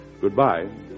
Goodbye